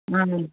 नओ गो